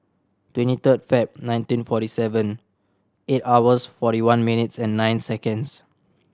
twenty third Feb nineteen forty seven eight hours forty one minutes and nine seconds